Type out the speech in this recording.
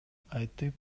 айтып